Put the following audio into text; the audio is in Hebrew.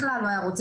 אני אומר להם,